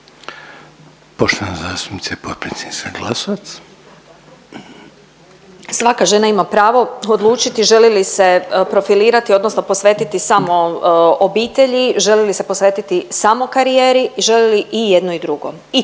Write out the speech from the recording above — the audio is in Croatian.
**Glasovac, Sabina (SDP)** Svaka žena ima pravo odlučiti želi li se profilirati, odnosno posvetiti samo obitelji, želi li se posvetiti samo karijeri, želi li i jedno i drugo.